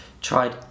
tried